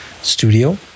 Studio